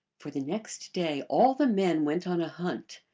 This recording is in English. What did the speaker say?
for the next day all the men went on a hunt,